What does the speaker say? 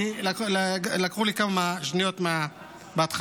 כי לקחו לי כמה שניות בהתחלה.